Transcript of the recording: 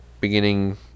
beginning